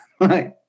Right